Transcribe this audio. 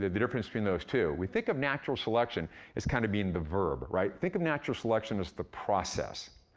the the difference between those two. we think of natural selection as kinda being the verb, right? think of natural selection as the process.